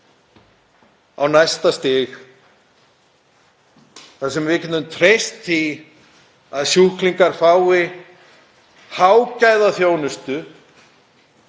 á næsta stig þar sem við getum treyst því að sjúklingar fái hágæðaþjónustu